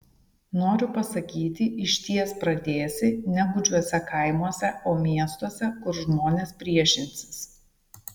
noriu pasakyti išties pradėsi ne gūdžiuose kaimuose o miestuose kur žmonės priešinsis